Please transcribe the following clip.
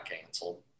canceled